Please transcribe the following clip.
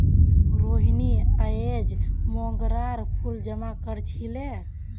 रोहिनी अयेज मोंगरार फूल जमा कर छीले